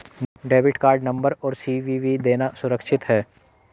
Debit card number और CVV देना सुरक्षित है?